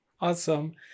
awesome